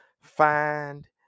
find